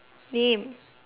name